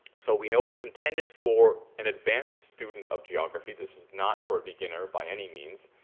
so we know it was intended for an advanced student of geography. this is not for a beginner by any means.